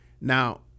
Now